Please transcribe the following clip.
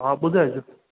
हा ॿुधाइजो